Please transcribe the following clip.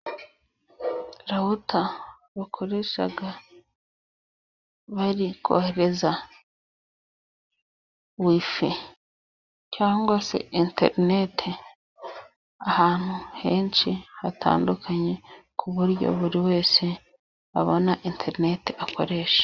Rawuta bakoresha bari kohereza wifi cyangwa se interineti ahantu henshi hatandukanye, ku buryo buri wese abona interineti akoresha.